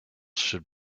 should